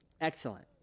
Excellent